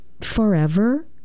forever